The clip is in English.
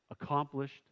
accomplished